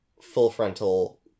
full-frontal